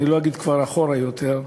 אני לא אגיד כבר אחורה יותר,